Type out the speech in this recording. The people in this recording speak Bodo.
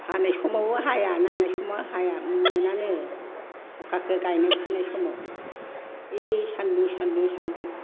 हानाय समाव हाया नांनाय समाव हाया मोनानो अखाखौ गायनाय फुनाय समाव ओइ सान्दुं सान्दुं सान्दुं